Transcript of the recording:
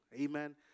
Amen